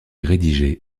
rédigée